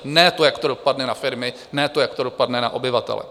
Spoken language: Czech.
Ne to, jak to dopadne na firmy, ne to, jak to dopadne na obyvatele.